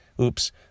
Oops